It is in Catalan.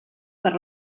per